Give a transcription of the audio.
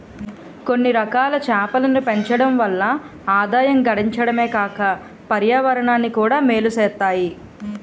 కొన్నిరకాల చేపలను పెంచడం వల్ల ఆదాయం గడించడమే కాక పర్యావరణానికి కూడా మేలు సేత్తాయి